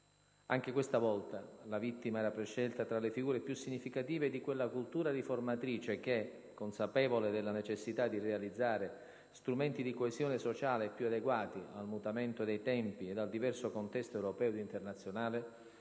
Anche questa volta, la vittima era prescelta tra le figure più significative di quella cultura riformatrice che - consapevole della necessità di realizzare strumenti di coesione sociale più adeguati al mutamento dei tempi e al diverso contesto europeo ed internazionale